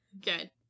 Good